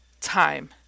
time